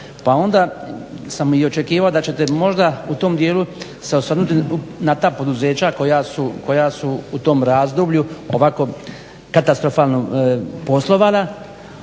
Pa onda sam i očekivao da ćete možda u tom dijelu se osvrnuti na ta poduzeća koja su u tom razdoblju ovako katastrofalno poslovala,